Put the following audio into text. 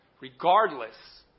regardless